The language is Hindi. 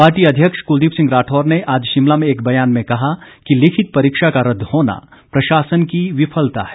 पार्टी अध्यक्ष कुलदीप सिंह राठौर ने आज शिमला में एक ब्यान में कहा कि लिखित परीक्षा का रद्द होना प्रशासन की विफलता है